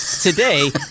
today